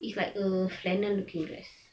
it's like a flannel looking dress